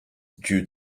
due